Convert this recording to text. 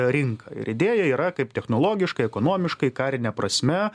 rinka ir idėja yra kaip technologiškai ekonomiškai karine prasme